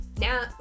now